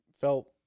felt